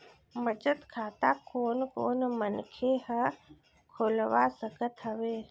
बचत खाता कोन कोन मनखे ह खोलवा सकत हवे?